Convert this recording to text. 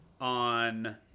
on